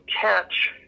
catch